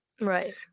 Right